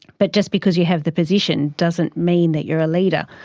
but just because you have the position, doesn't mean that you're a leader.